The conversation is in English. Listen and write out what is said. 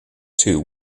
two